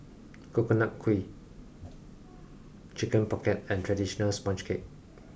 coconut kuih chicken pocket and traditional sponge cake